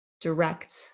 direct